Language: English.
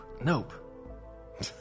Nope